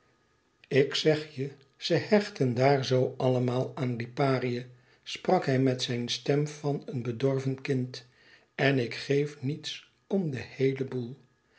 ik zeg je ze hechten daar zoo allemaal aan liparië sprak hij met zijn stem van een bedorven kind en ik geef niets om de